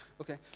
Okay